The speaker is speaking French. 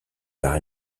par